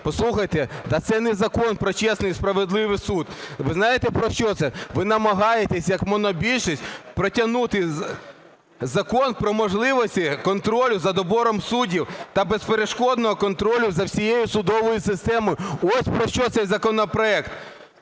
Послухайте, та це не закон про чесний і справедливий суд. Ви знаєте, про що це? Ви намагаєтесь як монобільшість протягнути закон про можливості контролю за добором суддів та безперешкодного контролю за всією судовою системою – ось про що цей законопроект.